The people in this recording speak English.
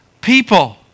people